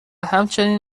همچنین